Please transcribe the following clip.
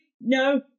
no